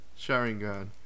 sharingan